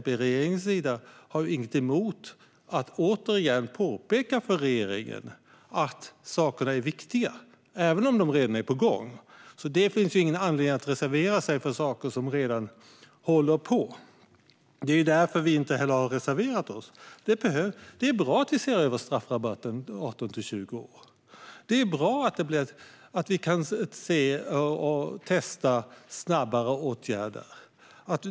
Vi i S och MP har inget emot att återigen påpeka för regeringen att sakerna är viktiga, även om de redan är på gång. Men det finns ingen anledning att reservera sig till förmån för sådant som redan håller på att ske. Därför har vi heller inte reserverat oss. Det är bra att vi ser över straffrabatten för dem som är 18-20 år. Det är bra att vi kan testa snabbare åtgärder.